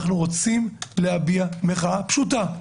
אנחנו רוצים להביע מחאה פשוטה,